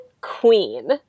queen